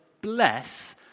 bless